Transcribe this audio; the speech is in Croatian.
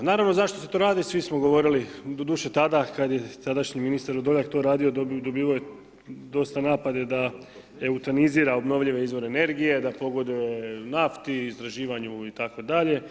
Naravno zašto se to radi, svi smo govorili, doduše tada kad je tadašnji ministar to radio dobivao je dosta napade da eutanizira obnovljive izvore energije, da pogoduje nafti, istraživanju itd.